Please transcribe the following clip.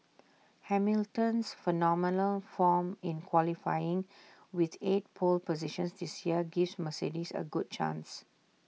Hamilton's phenomenal form in qualifying with eight pole positions this year gives Mercedes A good chance